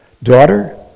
Daughter